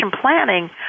planning